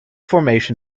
formation